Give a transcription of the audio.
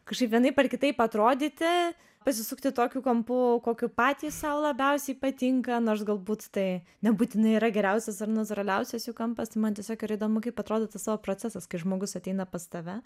kažkaip vienaip ar kitaip atrodyti pasisukti tokiu kampu kokiu patys sau labiausiai patinka nors galbūt tai nebūtinai yra geriausias ir natūraliausias jų kampas tai man tiesiog yra įdomu kaip atrodo tas tavo procesas kai žmogus ateina pas tave